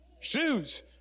shoes